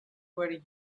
were